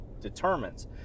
determines